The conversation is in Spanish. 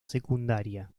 secundaria